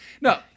No